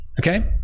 okay